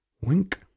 Wink